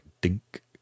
dink